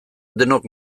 denok